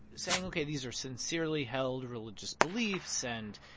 saying, ok, these are sincerely held religious beliefs. and,